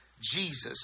jesus